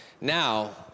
Now